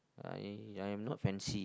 I I'm not fancy